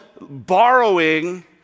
borrowing